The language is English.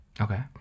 okay